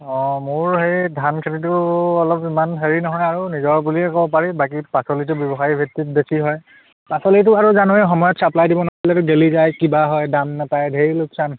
অঁ মোৰ সেই ধান খেতিটো অলপ ইমান হেৰি নহয় আৰু নিজৰ বুলিয়ে ক'ব পাৰি বাকী পাচলিটো ব্যৱসায়ী ভিত্তিত বেছি হয় পাচলিটো আৰু জানই সময়ত চাপ্লাই দিব নোৱাৰিলেতো গেলি যায় কিবা হয় দাম নাপায় ঢেৰ লোকচান